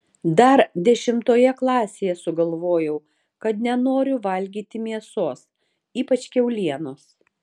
dar dešimtoje klasėje sugalvojau kad nenoriu valgyti mėsos ypač kiaulienos